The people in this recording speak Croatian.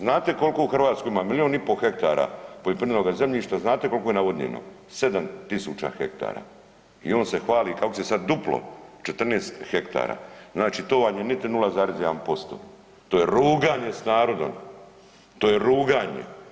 Znate koliko u Hrvatskoj ima milijun i pol nektara poljoprivrednog zemljišta, znate koliko je navodnjeno 7000 hektara i on se hvali kako će sada duplo 14 hektara znači to vam je niti 0,1% to je ruganje s narodom, to je ruganje.